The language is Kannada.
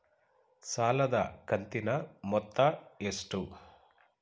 ಸಾಲದ ಕಂತಿನ ಮೊತ್ತ ಎಷ್ಟು?